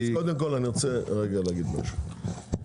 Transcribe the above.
זה צריך להיות אוטומטי ולהתבצע על ידי מחשב.